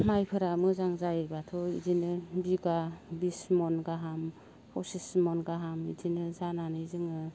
माइफोरा मोजां जायोब्लाथ' इदिनो बिगा बिस मन गाहाम पसिस मन गाहाम इदिनो जानानै जोङो